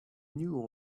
new